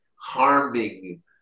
harming